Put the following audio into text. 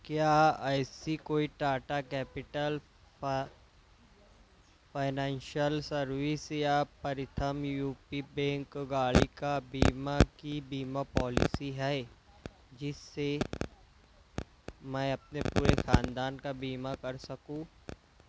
کیا ایسی کوئی ٹاٹا کیپیٹل فا فائننشیل سروس یا پرتھم یو پی بینک گاڑی کا بیمہ کی بیمہ پالیسی ہے جس سے میں اپنے پورے خاندان کا بیمہ کر سکوں